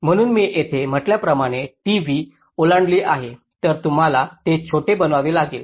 म्हणून मी येथे म्हटल्याप्रमाणे t v ओलांडली आहे तर तुम्हाला ते छोटे बनवावे लागेल